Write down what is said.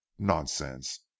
nonsense